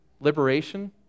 liberation